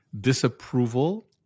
disapproval